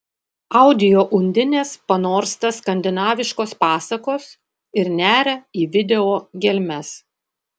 audio undinės panorsta skandinaviškos pasakos ir neria į video gelmes